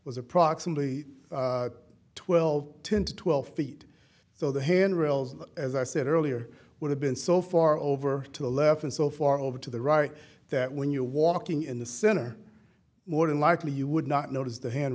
was approximately twelve ten to twelve feet so the handrails as i said earlier would have been so far over to the left and so far over to the right that when you're walking in the center more than likely you would not notice the hand